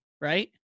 right